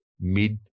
mid